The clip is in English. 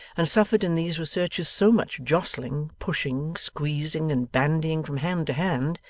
and suffered in these researches so much jostling, pushing, squeezing and bandying from hand to hand,